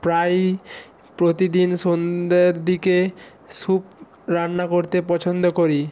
প্রায়ই প্রতিদিন সন্ধ্যের দিকে স্যুপ রান্না করতে পছন্দ করি